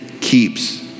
keeps